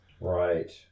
Right